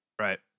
Right